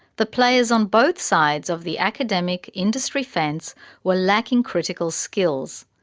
the players on both sides of the academic-industry fence were lacking critical skills.